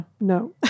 no